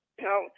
No